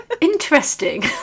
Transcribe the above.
Interesting